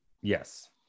Yes